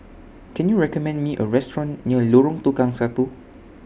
Can YOU recommend Me A Restaurant near Lorong Tukang Satu